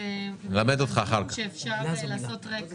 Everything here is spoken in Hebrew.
אנחנו מבינות שיש צורך להעלות את גיל הזכאות